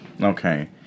Okay